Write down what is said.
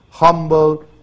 humble